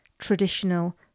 traditional